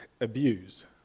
abuse